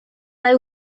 mae